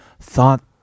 thought